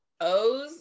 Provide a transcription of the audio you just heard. O's